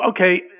okay